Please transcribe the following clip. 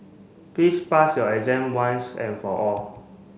please pass your exam once and for all